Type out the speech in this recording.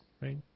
right